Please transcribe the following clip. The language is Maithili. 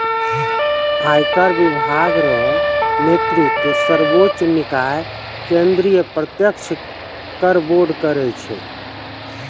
आयकर विभाग रो नेतृत्व सर्वोच्च निकाय केंद्रीय प्रत्यक्ष कर बोर्ड करै छै